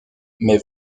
mais